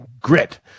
grit